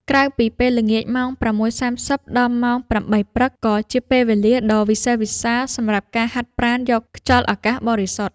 ក្រៅពីពេលល្ងាច ម៉ោង ៦:៣០ ដល់ម៉ោង ៨:០០ ព្រឹក ក៏ជាពេលវេលាដ៏វិសេសវិសាលសម្រាប់ការហាត់ប្រាណយកខ្យល់អាកាសបរិសុទ្ធ។